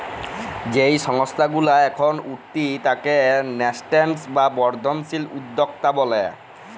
যেই সংস্থা গুলা এখল উঠতি তাকে ন্যাসেন্ট বা বর্ধনশীল উদ্যক্তা ব্যলে